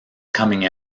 coming